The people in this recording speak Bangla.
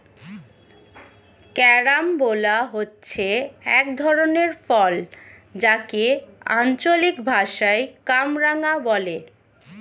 ক্যারামবোলা হচ্ছে এক ধরনের ফল যাকে আঞ্চলিক ভাষায় কামরাঙা বলে